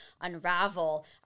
unravel